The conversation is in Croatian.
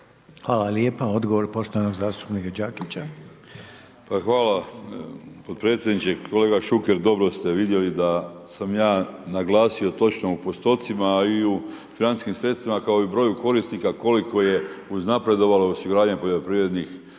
Hvala lijepa. Odgovor poštovanog zastupnika Đakića. **Đakić, Josip (HDZ)** Hvala potpredsjedniče. Kolega Šuker, dobro ste vidjeli da sam ja naglasio točno u postocima i u financijskim sredstvima, kao i broju korisnika koliko je uznapredovalo osiguranje poljoprivrednih